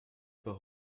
par